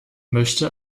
möchte